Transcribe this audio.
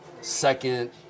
second